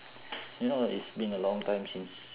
you know it's been a long time since